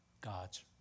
God's